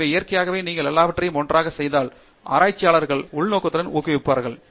எனவே இயற்கையாகவே நீங்கள் எல்லாவற்றையும் ஒன்றாகச் செய்தால் ஆராய்ச்சியாளர்கள் உள்நோக்கத்துடன் ஊக்குவிக்கப்படுவார்கள்